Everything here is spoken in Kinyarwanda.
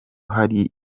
hari